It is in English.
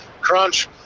crunch